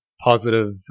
positive